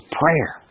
prayer